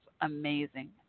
amazing